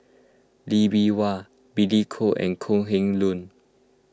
Lee Bee Wah Billy Koh and Kok Heng Leun